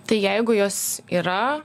tai jeigu jos yra